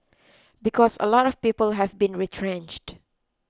because a lot of people have been retrenched